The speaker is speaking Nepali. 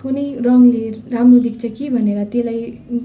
कुनै रङ्गले राम्रो देख्छ कि भनेर त्यसलाई